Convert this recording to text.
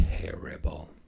terrible